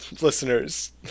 listeners